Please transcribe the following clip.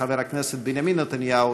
חבר הכנסת בנימין נתניהו,